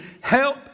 help